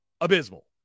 abysmal